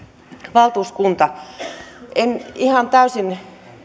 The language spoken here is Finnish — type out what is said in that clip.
valtuuskunta en ihan täysin